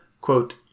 quote